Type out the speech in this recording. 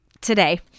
Today